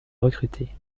recruter